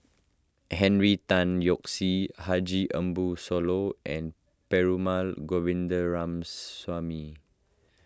Henry Tan Yoke See Haji Ambo Sooloh and Perumal